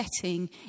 setting